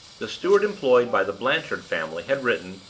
the steward employed by the blanchard family had written,